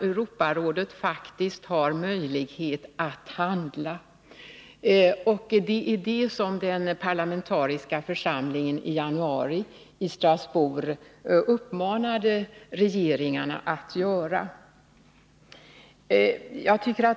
Europarådet har däremot möjlighet att handla. Det var det som den parlamentariska församlingen i Strasbourg i januari uppmanade regeringarna att göra.